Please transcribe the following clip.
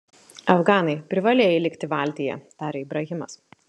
afganai privalėjai likti valtyje tarė ibrahimas